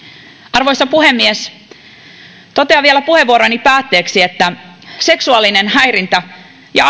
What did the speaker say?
arvoisa puhemies totean vielä puheenvuoroni päätteeksi että seksuaalinen häirintä ja